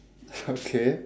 okay